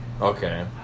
Okay